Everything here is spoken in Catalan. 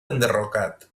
enderrocat